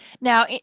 now